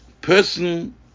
Person